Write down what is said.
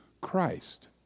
Christ